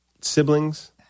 siblings